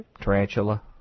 Tarantula